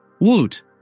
Woot